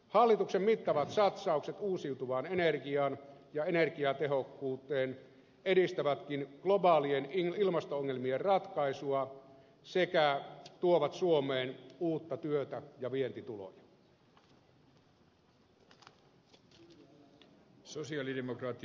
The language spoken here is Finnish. hallituksen mittavat satsaukset uusiutuvaan energiaan ja energiatehokkuuteen edistävätkin globaalien ilmasto ongelmien ratkaisua sekä tuovat suomeen uutta työtä ja vientituloja